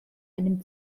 einem